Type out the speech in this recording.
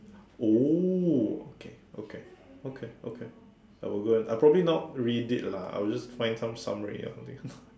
oh okay okay okay okay I will go and I will probably not read it lah I will just find some summary or something